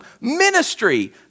ministry